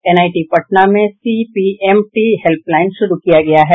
NIT Patna में CPMT helpline शुरू किया गया है